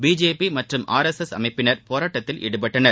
BJP மற்றும் R S S அமைப்பினர் போராட்டத்தில் ஈடுபட்டனர்